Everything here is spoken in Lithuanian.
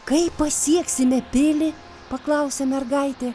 kaip pasieksime pilį paklausė mergaitė